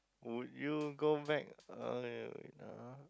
would you go back uh